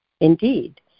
Indeed